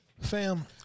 Fam